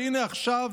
והינה, עכשיו